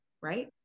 right